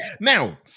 Now